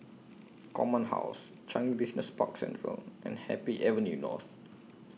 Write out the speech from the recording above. Command House Changi Business Park Central and Happy Avenue North